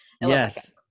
Yes